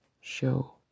show